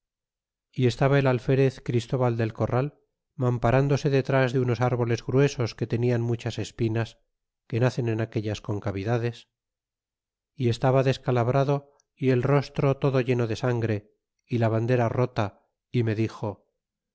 y estaba el alferez christoval del corral mamparándose detras de unos árboles gruesos que tenian muchas espinas que nacen en aquellas concavidades y estaba descalabrado y el rostro todo lleno de sangre é la bandera rota y me dixo